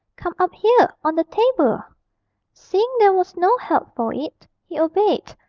come up here, on the table seeing there was no help for it, he obeyed,